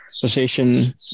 position